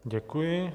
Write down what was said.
Děkuji.